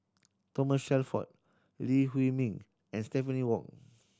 Thomas Shelford Lee Huei Min and Stephanie Wong